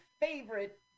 favorite